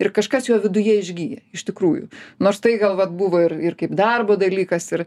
ir kažkas jo viduje išgyja iš tikrųjų nors tai gal vat buvo ir ir kaip darbo dalykas ir